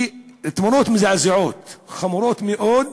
תמונות מזעזעות, חמורות מאוד,